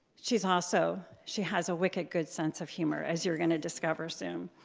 she's also she has a wicked good sense of humor, as you're going to discover soon.